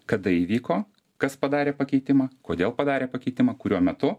kada įvyko kas padarė pakeitimą kodėl padarė pakeitimą kuriuo metu